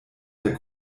der